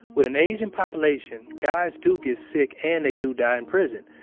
with an aging population, guys do get sick and they do die in prison.